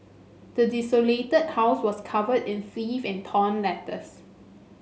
the desolated house was covered in filth and torn letters